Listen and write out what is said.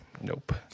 Nope